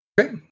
Okay